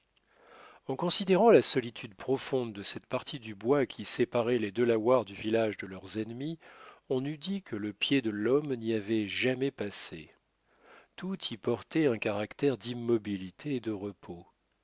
en considérant la solitude profonde de cette partie du bois qui séparait les delawares du village de leurs ennemis on eût dit que le pied de l'homme n'y avait jamais passé tout y portait un caractère d'immobilité et de repos